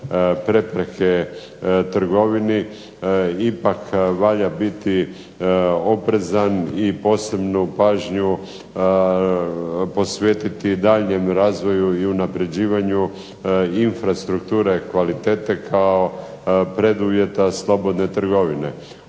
prepreke trgovini ipak valja biti oprezan i posebnu pažnju posvetiti daljnjem razvoju i unapređivanju infrastrukture kvalitete kao preduvjeta slobodne trgovine.